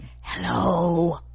Hello